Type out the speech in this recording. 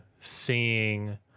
seeing